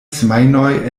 semajnoj